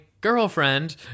girlfriend